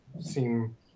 seem